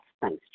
Thanks